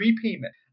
prepayment